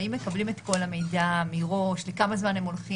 האם הם מקבלים את כל המידע מראש והם יודעים לכמה זמן הם הולכים?